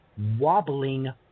wobbling